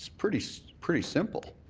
pretty so pretty simple.